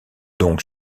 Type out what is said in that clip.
donc